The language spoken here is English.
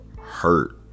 hurt